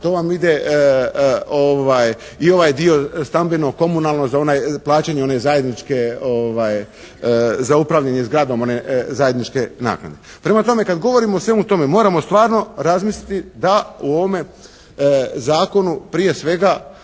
To vam ide i ovaj dio stambeno, komunalno za plaćanje one zajedničke, za upravljanje zgradom one zajedničke naknade. Prema tome, kad govorimo o svemu tome moramo stvarno razmisliti da u ovome zakonu prije svega